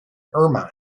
ermine